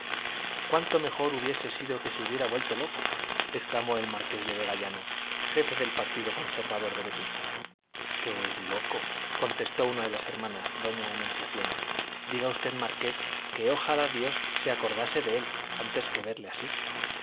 cuánto mejor hubiese sido que se hubiera vuelto loco exclamó el marqués de vegallana jefe del partido conservador de vetusta qué loco contestó una de las hermanas doña anunciación diga usted marqués que ojalá dios se acordase de él antes que verle así